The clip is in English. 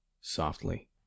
softly